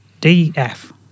D-F